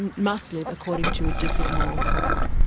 and must live according to a different moral code.